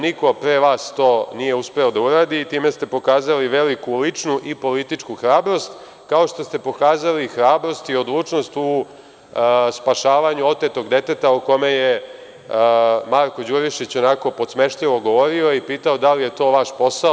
Niko pre vas to nije uspeo da uradi i time ste pokazali veliku ličnu i političku hrabrost, kao što ste pokazali hrabrost i odlučnost u spašavanju otetog deteta, o kome je Marko Đurišić onako posmešljivo govorio i pitao – da li je to vaš posao?